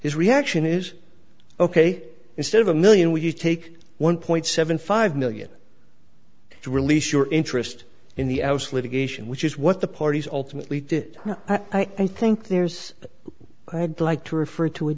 his reaction is ok instead of a million we take one point seven five million to release your interest in the ause litigation which is what the parties ultimately did i think there's like to refer to